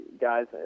guys